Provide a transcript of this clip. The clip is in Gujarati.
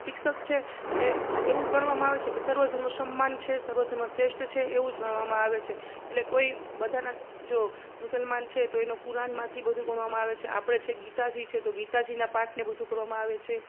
શિક્ષક છે એ એવું ગણવામાં આવે છે કે સર્વધર્મ સમ્માન છે સર્વધર્મ શ્રેષ્ઠ છે એવું જ ગણવામાં આવે છે એટલે કોઈ બધાના જો મુસલમાન છે તો એનો કુરાનમાંથી બધું ગણવામાં આવે છે આપણે છે ગીતાજી છે તો ગીતાજીના પાઠને બધું કરવામાં આવે છે